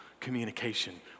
Communication